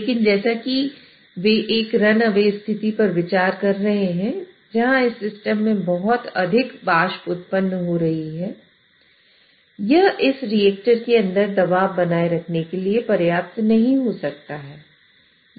लेकिन जैसा कि वे एक रनअवे संतृप्त हैं